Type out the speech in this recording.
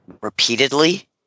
repeatedly